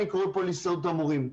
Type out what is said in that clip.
אני קורא פה גם להסתדרות המורים.